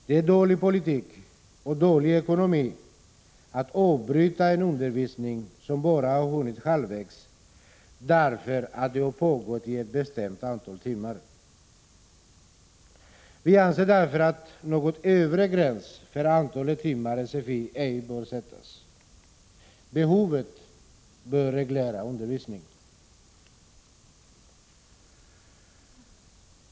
Det är dålig politik och dålig ekonomi att avbryta en undervisning, som bara har hunnit halvvägs, därför att den har pågått i ett bestämt antal timmar. Vi anser att någon övre gräns för antalet timmar i sfi ej bör sättas. Behovet bör reglera undervisningen.